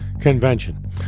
convention